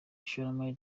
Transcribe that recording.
ishoramari